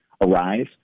arise